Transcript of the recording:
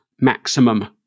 maximum